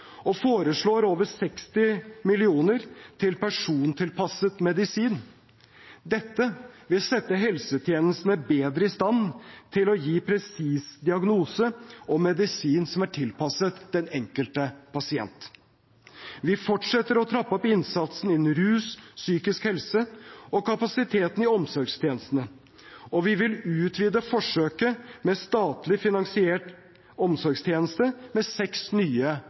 foreslår over 60 mill. kr til persontilpasset medisin. Dette vil sette helsetjenesten bedre i stand til å gi presis diagnose og medisin som er tilpasset den enkelte pasient. Vi fortsetter å trappe opp innsatsen innen rus og psykisk helse og kapasiteten i omsorgstjenestene, og vi vil utvide forsøket med statlig finansiert omsorgstjeneste med seks nye